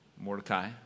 Mordecai